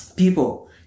people